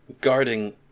guarding